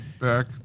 back